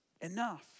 enough